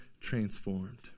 transformed